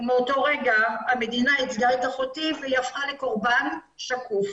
ומאותו רגע המדינה יצגה את אחותי והיא הפכה לקורבן שקוף.